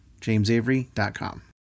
JamesAvery.com